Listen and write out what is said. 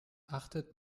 achtet